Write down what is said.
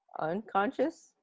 Unconscious